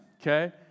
okay